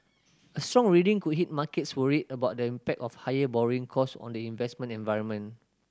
a strong reading could hit markets worried about the impact of higher borrowing cost on the investment environment